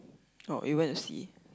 oh he went to see